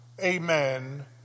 amen